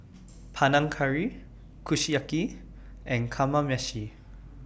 Panang Curry Kushiyaki and Kamameshi